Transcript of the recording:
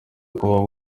kubaho